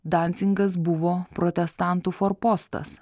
dansingas buvo protestantų forpostas